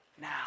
now